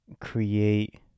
create